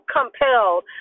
compelled